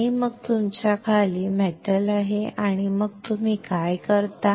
आणि मग तुमच्या खाली धातू आहे आणि मग तुम्ही काय करता